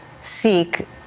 seek